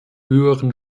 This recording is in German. höheren